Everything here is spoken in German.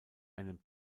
einem